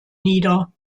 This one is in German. nieder